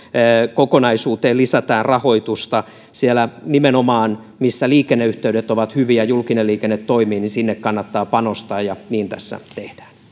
kokonaisuuteen lisätään rahoitusta nimenomaan sinne missä liikenneyhteydet ovat hyviä julkinen liikenne toimii kannattaa panostaa ja niin tässä tehdään